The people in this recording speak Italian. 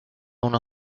uno